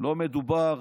לא מדובר